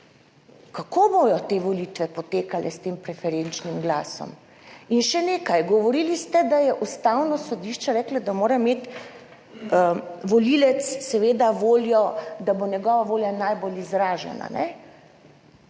Kako bodo te volitve potekale s tem preferenčnim glasom? In še nekaj, govorili ste, da je Ustavno sodišče reklo, da mora imeti volivec seveda voljo, da bo njegova volja najbolj izražena.